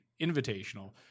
Invitational